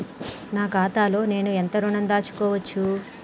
నా ఖాతాలో నేను ఎంత ఋణం దాచుకోవచ్చు?